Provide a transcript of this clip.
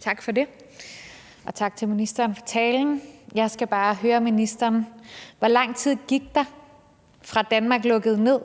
Tak for det, og tak til ministeren for talen. Jeg skal bare høre ministeren: Hvor lang tid gik der, fra Danmark lukkede ned,